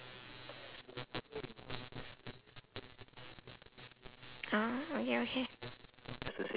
uh okay okay